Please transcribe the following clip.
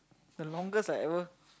the longest I ever